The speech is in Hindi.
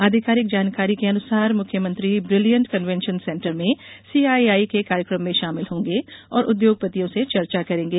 आधिकारिक जानकारी के अनुसार मुख्यमंत्री ब्रिलियंट कन्वेंशन सेंटर में सीआईआई के कार्यक्रम में शामिल होंगे और उद्योगपतियों से चर्चा करेंगे